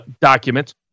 documents